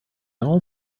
all